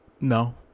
no